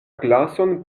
glason